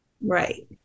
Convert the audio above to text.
Right